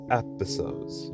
episodes